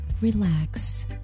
relax